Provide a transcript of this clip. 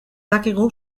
dakigu